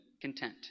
content